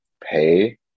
pay